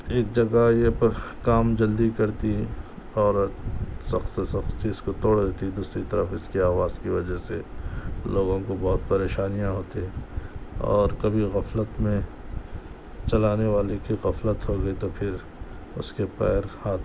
ایک جگہ یہ پر کام جلدی کرتی ہے اور سخت سے سخت چیز کو توڑ دیتی ہے دوسری طرف اس کی آواز کی وجہ سے لوگوں کو بہت پریشانیاں ہوتی ہیں اور کبھی غفلت میں چلانے والی کی غفلت ہو گئی تو پھر اس کے پیر ہاتھ